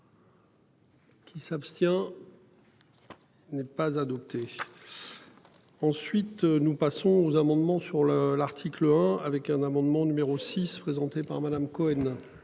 Qui s'abstient. N'est pas adopté. Ensuite, nous passons aux amendements sur le, l'article 1 avec un amendement numéro 6 présentée par Madame Cohen.